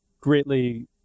greatly